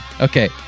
Okay